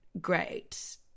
great